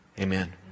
Amen